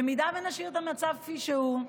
במידה שנשאיר את המצב כפי שהוא,